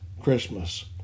christmas